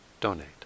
donate